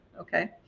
Okay